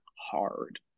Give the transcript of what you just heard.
hard